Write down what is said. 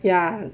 ya